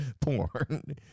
porn